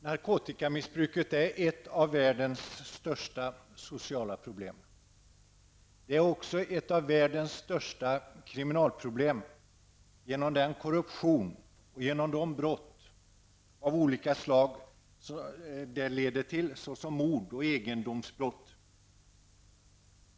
Herr talman! Narkotikamissbruket är ett av världens största sociala problem. Det är också ett av världens största kriminalproblem genom den korruption och de brott av olika slag det leder till, såsom mord och egendomsbrott.